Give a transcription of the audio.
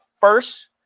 first